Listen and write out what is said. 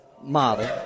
model